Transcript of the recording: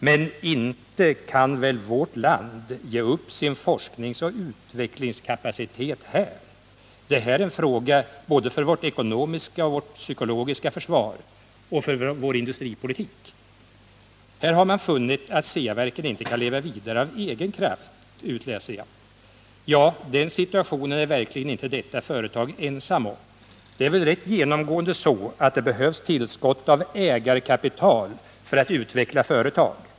Men inte kan väl vårt land ge upp sin forskningsoch utvecklingskapacitet här! Detta är en fråga både för vårt ekonomiska och psykologiska försvar och för vår industripolitik. Här har man funnit att Ceaverken inte kan leva vidare av egen kraft, läser jag. Ja, den situationen är verkligen inte detta företag ensamt om. Det är väl rätt genomgående så att det behövs tillskott av ägarkapital för att utveckla företag.